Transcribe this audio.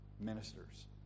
Ministers